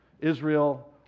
Israel